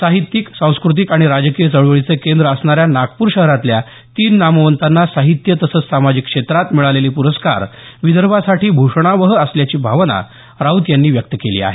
साहित्यिक सांस्कृतिक आणि राजकीय चळवळीचे केंद्र असणाऱ्या नागपूर शहरातल्या तीन नामवंतांना साहित्य तसंच सामाजिक क्षेत्रात मिळालेले पुरस्कार विदर्भासाठी भूषणावह असल्याची भावना राऊत यांनी व्यक्त केली आहे